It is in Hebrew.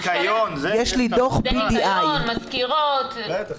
עובדי ניקיון, מזכירות.